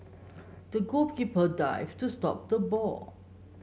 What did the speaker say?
the goalkeeper dived to stop the ball